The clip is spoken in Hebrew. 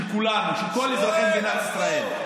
של כולנו, של כל אזרחי מדינת ישראל.